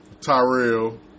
Tyrell